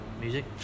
music